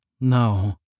no